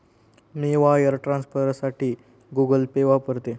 मी wire ट्रान्सफरसाठी Google Pay वापरते